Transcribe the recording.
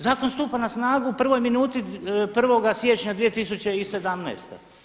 Zakon stupa na snagu u prvoj minuti 1. siječnja 2017.